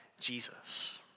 Jesus